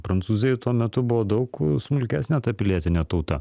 prancūzijoj tuo metu buvo daug smulkesnė ta pilietinė tauta